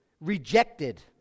rejected